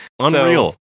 Unreal